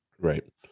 right